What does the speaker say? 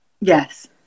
Yes